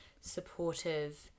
supportive